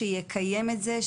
שיקיים את זה,